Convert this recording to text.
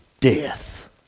death